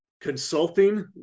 consulting